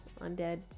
undead